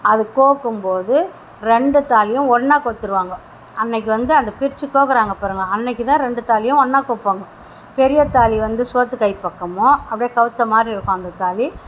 அது கோர்க்கும்போது ரெண்டு தாலியும் ஒன்னாக கோர்த்துருவாங்க அன்னைக்கு வந்து அந்த பிரித்து கோக்கிறாங்க பாருங்கள் அன்னைக்குதான் ரெண்டு தாலியும் ஒன்னாக கோர்ப்பாங்க பெரிய தாலி வந்து சோத்துக்கை பக்கமும் அப்டே கவுத்த மாதிரியிருக்கும் அந்த தாலி